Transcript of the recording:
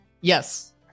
Yes